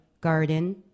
Garden